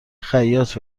خیاط